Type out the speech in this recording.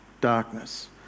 Darkness